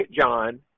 John